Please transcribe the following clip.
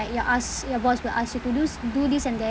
you're asked your boss will ask you to do s~ do this and that